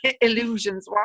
illusions